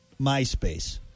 MySpace